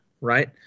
right